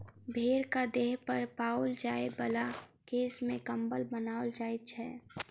भेंड़क देह पर पाओल जाय बला केश सॅ कम्बल बनाओल जाइत छै